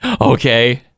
Okay